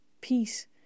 Peace